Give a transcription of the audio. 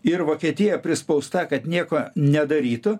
ir vokietija prispausta kad nieko nedarytų